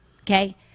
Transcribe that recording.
Okay